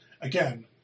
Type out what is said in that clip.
Again